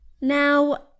Now